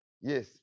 Yes